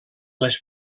les